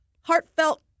heartfelt